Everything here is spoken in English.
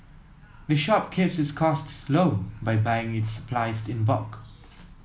the shop keeps its costs low by buying its supplies in bulk